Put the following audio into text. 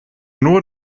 nur